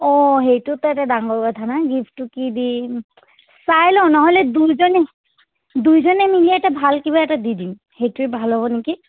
অ' সেইটাতা এটা ডাঙৰ কথা না গিফ্টটো কি দিম চাই লওঁ নহ'লে দুইজনী দুইজনী মিলিয়ে এটা ভাল কিবা এটা দি দিম সেইটোৱে ভাল হ'ব নেকি